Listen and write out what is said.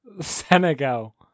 Senegal